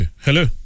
hello